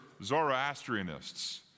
Zoroastrianists